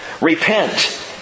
Repent